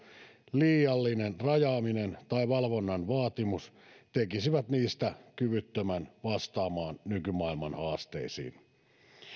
liiallinen rajaaminen tai valvonnan vaatimus tekisivät niistä kyvyttömiä vastaamaan nykymaailman haasteisiin